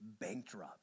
bankrupt